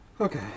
Okay